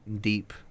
deep